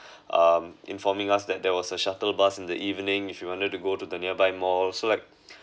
um informing us that there was a shuttle bus in the evening if you wanted to go to the nearby mall so like